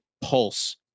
pulse